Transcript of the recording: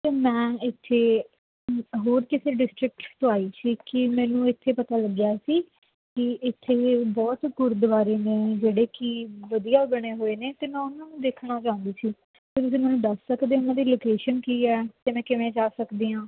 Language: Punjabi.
ਅਤੇ ਮੈਂ ਇੱਥੇ ਹੋਰ ਕਿਸੇ ਡਿਸਟ੍ਰਿਕਟ ਤੋਂ ਆਈ ਸੀ ਕਿ ਮੈਨੂੰ ਇੱਥੇ ਪਤਾ ਲੱਗਿਆ ਸੀ ਕਿ ਇੱਥੇ ਬਹੁਤ ਗੁਰਦੁਆਰੇ ਨੇ ਜਿਹੜੇ ਕਿ ਵਧੀਆ ਬਣੇ ਹੋਏ ਨੇ ਅਤੇ ਮੈਂ ਉਹਨਾਂ ਨੂੰ ਦੇਖਣਾ ਚਾਹੁੰਦੀ ਸੀ ਅਤੇ ਤੁਸੀਂ ਮੈਨੂੰ ਦੱਸ ਸਕਦੇ ਉਹਨਾਂ ਦੀ ਲੋਕੇਸ਼ਨ ਕੀ ਆ ਅਤੇ ਮੈਂ ਕਿਵੇਂ ਜਾ ਸਕਦੀ ਹਾਂ